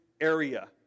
area